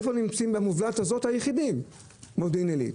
היחידים שנמצאים במובלעת הזאת הם מודיעין עילית.